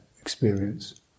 experience